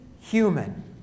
human